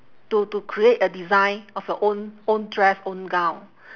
to to create a design of your own own dress own gown